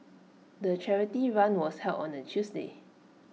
the charity run was held on A Tuesday